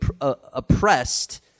oppressed